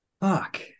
fuck